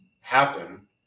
happen